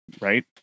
Right